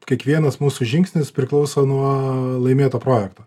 kiekvienas mūsų žingsnis priklauso nuo laimėto projekto